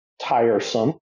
tiresome